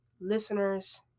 listeners